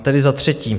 Tedy za třetí.